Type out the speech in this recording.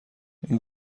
این